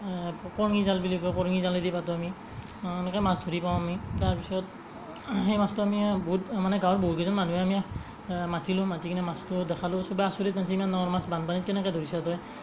পৰঙি জাল বুলি কয় পৰঙি জালেদি পাতো আমি এনেকৈ মাছ ধৰি পাওঁ আমি তাৰপিছত সেই মাছটো আমি বহুত মানে গাঁৱত বহুকেইজন মানুহে আমি মাতিলোঁ মাতি কেনে মাছটো দেখালো চবেই আচৰিত মানিছে ইমান ডাঙৰ মাছ বানপানীত কেনেকৈ ধৰিছ তই